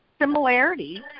Similarity